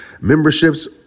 memberships